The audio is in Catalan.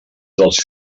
dels